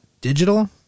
digital